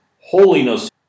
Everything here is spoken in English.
Holiness